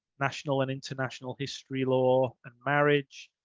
national and international history, law and marriage.